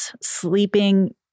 sleeping